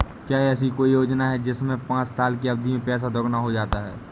क्या ऐसी कोई योजना है जिसमें पाँच साल की अवधि में पैसा दोगुना हो जाता है?